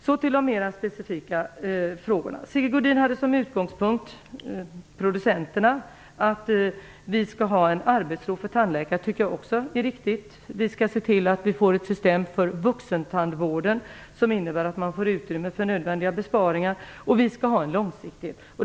Så till de mera specifika frågorna. Sigge Godin hade som utgångspunkt producenterna, att vi skall se till att tandläkarna får arbetsro. Det är riktigt. Vi skall se till att vi får ett system för vuxentandvården som innebär att man får utrymme för nödvändiga besparingar. Vi skall ha en långsiktighet.